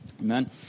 Amen